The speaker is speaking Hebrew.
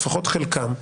לפחות חלקן,